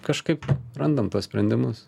kažkaip randam tuos sprendimus